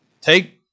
Take